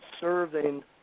serving